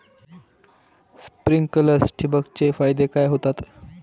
Sprinklers ठिबक चे फायदे काय होतात?